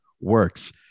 works